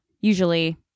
usually